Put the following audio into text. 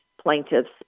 plaintiffs